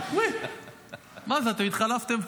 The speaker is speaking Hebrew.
מה זה, התחלפתם?